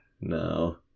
No